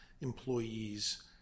employees